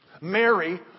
Mary